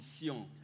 mission